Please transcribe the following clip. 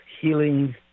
healing